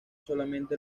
solamente